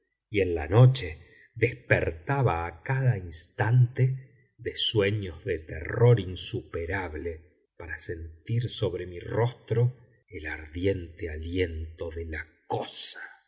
y en la noche despertaba a cada instante de sueños de terror insuperable para sentir sobre mi rostro el ardiente aliento de la cosa